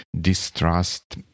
distrust